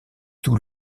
tout